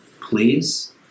please